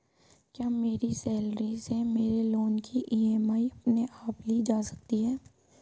क्या मेरी सैलरी से मेरे लोंन की ई.एम.आई अपने आप ली जा सकती है?